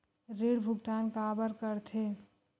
ऋण भुक्तान काबर कर थे?